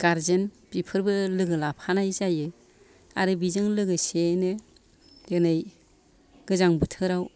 guardian बेफोरबो लोगो लाफानाय जायो आरो बेजों लोगोसेयैनो दिनै गोजां बोथोराव